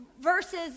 versus